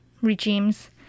regimes